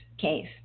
case